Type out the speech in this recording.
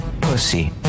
pussy